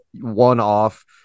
one-off